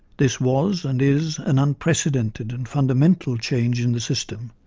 this was, and is, an unprecedented and fundamental change in the system,